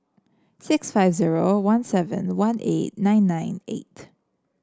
six five zero one seven one eight nine nine eight